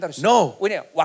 No